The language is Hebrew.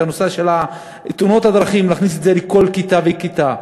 נושא תאונות הדרכים לכל כיתה וכיתה.